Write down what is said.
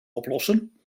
oplossen